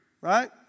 right